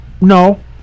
No